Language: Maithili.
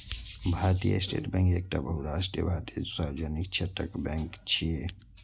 भारतीय स्टेट बैंक एकटा बहुराष्ट्रीय भारतीय सार्वजनिक क्षेत्रक बैंक छियै